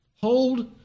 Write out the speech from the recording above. Hold